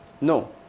No